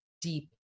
deep